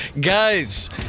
Guys